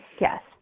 Yes